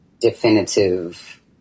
definitive